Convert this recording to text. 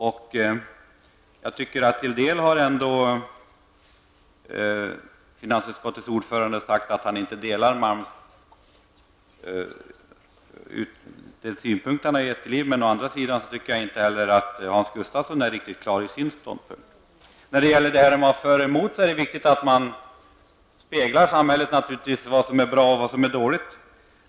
I ett avseende har ändå finansutskottets ordförande sagt att han inte delar den synpunkt som Malm har anfört. Men å andra sidan tycker jag inte att Hans Gustafsson är riktigt klar i sin ståndpunkt. När det gäller detta om att vara för och emot, är det naturligtvis viktigt att man speglar samhället -- vad som är bra och vad som är dåligt.